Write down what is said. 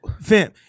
Fam